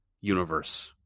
universe